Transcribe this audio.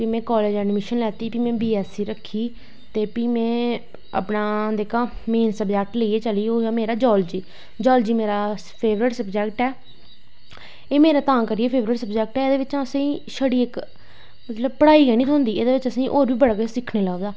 फ्ही में college admission लैत्ती फ्ही में बी ऐस सी रक्खी ते फ्ही में मेन स्वजैक्ट लेईयै चली ओह् हा जियॉलजी जियॉलजी मेरी फेवरट स्वजैक्ट ऐ एह् मेरा तां फेवरट स्वजैक्ट ऐ एह्दे बिच्च असेंगी इक मतलव पढ़ाई गै नी थ्होंदी होर बी मता किश सिक्खनें गी लब्भदा